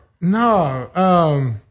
No